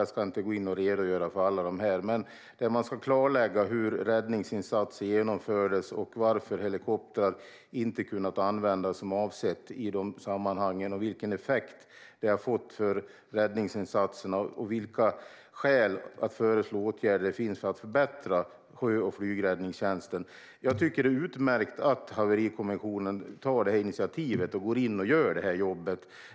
Jag ska inte redogöra för alla här, men man ska klarlägga hur räddningsinsatser genomfördes, varför helikoptrar inte har kunnat användas som avsett i de sammanhangen och vilken effekt det har fått för räddningsinsatserna samt föreslå åtgärder för att förbättra sjö och flygräddningstjänsten. Jag tycker att det är utmärkt att Haverikommissionen tar initiativet och gör jobbet.